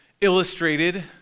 illustrated